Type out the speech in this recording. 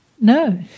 No